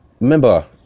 remember